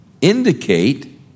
indicate